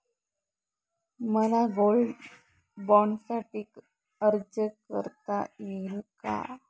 मला गोल्ड बाँडसाठी अर्ज करता येईल का?